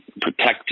protect